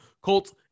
Colts